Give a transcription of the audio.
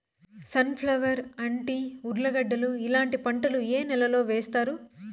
Sun flower, అంటి, ఉర్లగడ్డలు ఇలాంటి పంటలు ఏ నెలలో వేస్తారు?